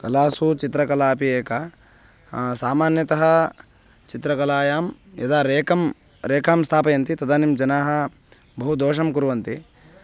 कलासु चित्रकला अपि एका सामान्यतः चित्रकलायां यदा रेखां रेखां स्थापयन्ति तदानीं जनाः बहु दोषं कुर्वन्ति